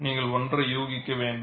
நீங்கள் ஒன்றை யூகிக்க வேண்டும்